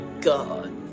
God